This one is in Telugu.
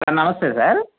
సార్ నమస్తే సార్